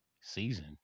season